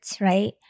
right